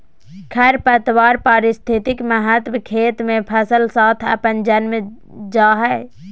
खरपतवार पारिस्थितिक महत्व खेत मे फसल साथ अपने जन्म जा हइ